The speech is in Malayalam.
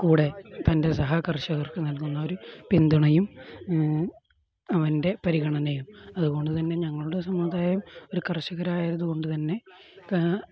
കൂടെ തൻ്റെ സഹകർഷകർക്ക് നൽകുന്ന ഒരു പിന്തുണയും അവൻ്റെ പരിഗണനയും അതുകൊണ്ട് തന്നെ ഞങ്ങളുടെ സമുദായം ഒരു കർഷകരായത് കൊണ്ട് തന്നെ